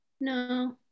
No